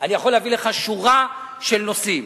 אני יכול להביא לך שורה של נושאים